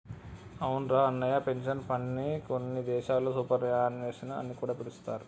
అవునురా అన్నయ్య పెన్షన్ ఫండ్ని కొన్ని దేశాల్లో సూపర్ యాన్యుమేషన్ అని కూడా పిలుస్తారు